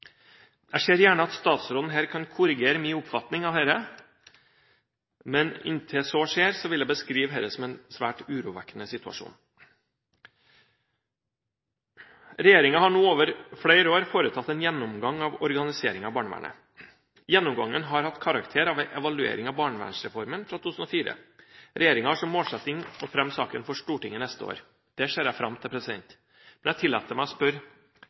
Jeg ser gjerne at statsråden kan korrigere min oppfatning om dette, men inntil det skjer, vil jeg beskrive dette som en svært urovekkende situasjon. Regjeringen har nå over flere år foretatt en gjennomgang av organiseringen av barnevernet. Gjennomgangen har hatt karakter av en evaluering av barnevernsreformen fra 2004. Regjeringen har som målsetting å fremme saken for Stortinget neste år. Det ser jeg fram til, men jeg tillater meg å spørre: